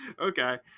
Okay